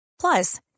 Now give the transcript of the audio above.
Plus